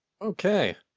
Okay